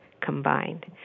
combined